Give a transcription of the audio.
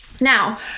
Now